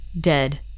Dead